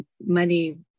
money